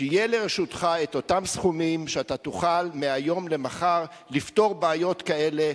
שיהיו לרשותך אותם סכומים שאתה תוכל מהיום למחר לפתור בעיות כאלה,